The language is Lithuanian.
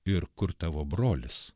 ir kur tavo brolis